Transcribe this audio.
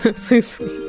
but so sweet!